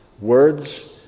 words